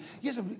Yes